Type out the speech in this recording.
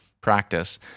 practice